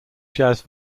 jazz